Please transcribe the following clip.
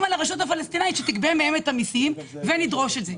על הרש"פ שתגבה מהם את המיסים ונתחשבן איתה.